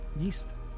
yeast